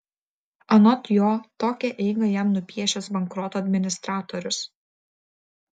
anot jo tokią eigą jam nupiešęs bankroto administratorius